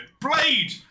Blade